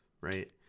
right